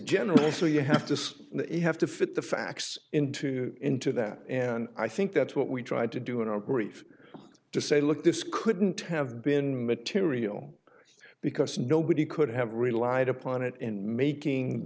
generally so you have to say that you have to fit the facts into into that and i think that's what we tried to do in our grief to say look this couldn't have been material because nobody could have relied upon it in making